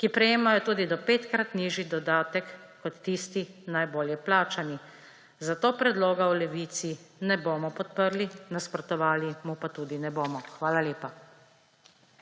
ki prejemajo tudi do petkrat nižji dodatek kot tisti najbolje plačani. Zato predloga v Levici ne bomo podprli, nasprotovali mu pa tudi ne bomo. Hvala lepa.